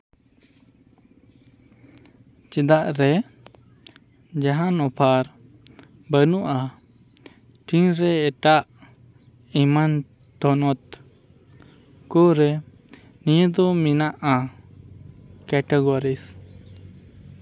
ᱪᱮᱫᱟᱜ ᱨᱮ ᱡᱟᱦᱟᱱ ᱚᱯᱷᱟᱨ ᱵᱟᱹᱱᱩᱜᱼᱟ ᱛᱤᱱᱨᱮ ᱮᱴᱟᱜ ᱮᱢᱟᱱ ᱛᱷᱚᱱᱚᱛ ᱠᱚ ᱨᱮ ᱱᱤᱭᱟᱹᱫᱚ ᱢᱮᱱᱟᱜᱼᱟ ᱠᱮᱴᱟᱜᱚᱨᱤᱡ